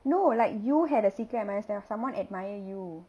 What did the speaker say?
no like you had a secret admirer that got someone admire you